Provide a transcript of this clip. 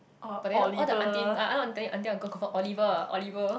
but then all the aunty ah ah aunty uncle confirm Oliver Oliver